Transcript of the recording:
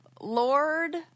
Lord